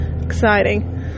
Exciting